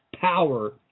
power